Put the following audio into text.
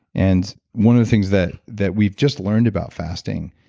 and one of the things that that we've just learned about fasting,